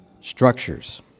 structures